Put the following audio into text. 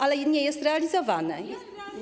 Ale nie jest realizowane.